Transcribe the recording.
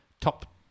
top